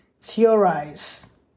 theorize